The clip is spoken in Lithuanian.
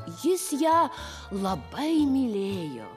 jis ją labai mylėjo